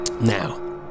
now